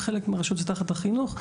בחלק מהרשויות זה תחת החינוך.